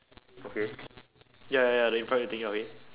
okay ya ya ya the infrared thing ya okay